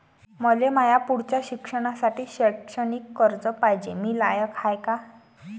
मले माया पुढच्या शिक्षणासाठी शैक्षणिक कर्ज पायजे, मी लायक हाय का?